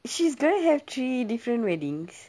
she's gonna have three different weddings